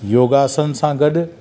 योगासन सां गॾु